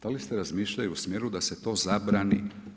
Da li ste razmišljali u smjeru da se to zabrani?